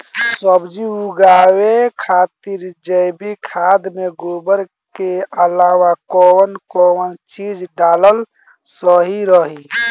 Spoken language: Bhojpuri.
सब्जी उगावे खातिर जैविक खाद मे गोबर के अलाव कौन कौन चीज़ डालल सही रही?